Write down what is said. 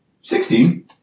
sixteen